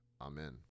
Amen